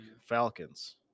Falcons